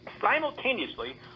simultaneously